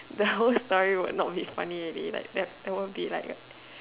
the whole story will not be sorry funny already like there won't be like a